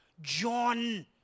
John